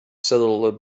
settled